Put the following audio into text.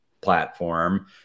platform